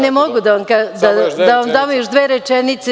Ne mogu da vam dam još dve rečenice.